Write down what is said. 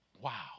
Wow